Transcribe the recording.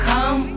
Come